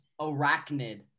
arachnid